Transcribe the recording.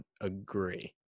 agree